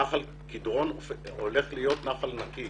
נחל קדרון הולך להיות נחל נקי